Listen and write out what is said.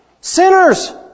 Sinners